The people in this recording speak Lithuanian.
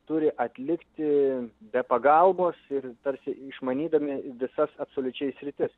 turi atlikti be pagalbos ir tarsi išmanydami visas absoliučiai sritis